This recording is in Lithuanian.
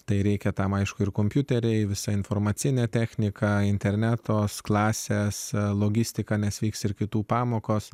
tai reikia tam aišku ir kompiuteriai visą informacinę techniką interneto klasės logistiką nes vyks ir kitų pamokos